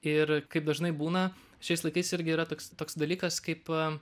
ir kaip dažnai būna šiais laikais irgi yra toks toks dalykas kaip